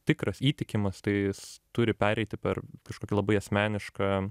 tikras įtikimas tai jis turi pereiti per kažkokią labai asmenišką